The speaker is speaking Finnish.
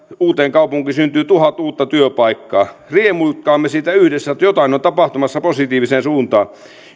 uuteenkaupunkiin syntyy tuhat uutta työpaikkaa riemuitkaamme siitä yhdessä että jotain on tapahtumassa positiiviseen suuntaan